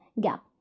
gap